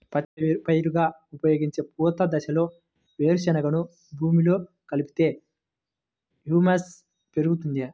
పచ్చి రొట్టెల పైరుగా ఉపయోగించే పూత దశలో వేరుశెనగను భూమిలో కలిపితే హ్యూమస్ పెరుగుతుందా?